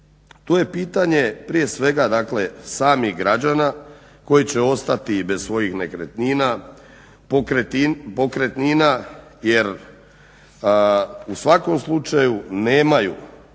Tu je pitanje, prije svega dakle samih građana koji će ostati i bez svojih nekretnina, pokretnina jer u svakom slučaju nemaju